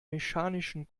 mechanischen